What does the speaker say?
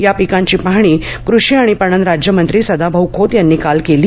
या पिकाची पाहणी कृषि आणि पणन राज्यमंत्री सदाभाऊ खोत यांनी काल केली